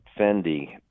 Fendi